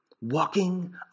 walking